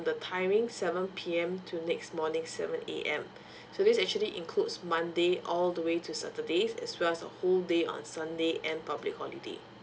the timing seven P_M till next morning seven A_M so this actually includes monday all the way to saturdays as well as a whole day on sunday and public holiday